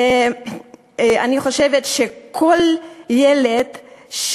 ואני חושבת שכל הילדים,